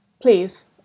Please